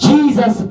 Jesus